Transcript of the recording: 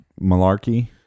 malarkey